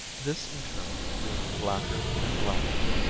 this in turn grew blacker and blacker.